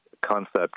concept